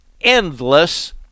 endless